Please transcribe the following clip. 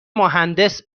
مهندس